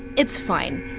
it's fine.